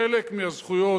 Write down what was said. חלק מהזכויות,